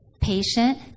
patient